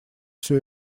всю